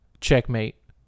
checkmate